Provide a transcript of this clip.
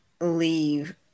leave